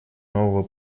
нового